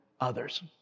others